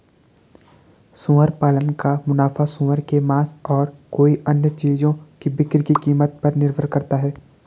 सुअर पालन का मुनाफा सूअर के मांस और कई अन्य चीजों की बिक्री की कीमत पर निर्भर करता है